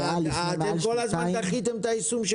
אתם כל הזמן דחיתם את היישום של